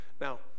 Now